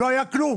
לא היה כלום.